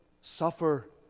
suffer